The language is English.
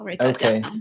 Okay